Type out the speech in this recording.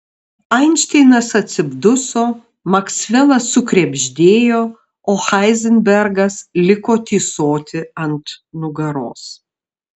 einšteinas atsiduso maksvelas sukrebždėjo o heizenbergas liko tysoti ant nugaros